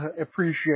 appreciate